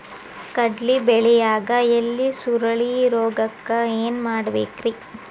ಕಡ್ಲಿ ಬೆಳಿಯಾಗ ಎಲಿ ಸುರುಳಿರೋಗಕ್ಕ ಏನ್ ಮಾಡಬೇಕ್ರಿ?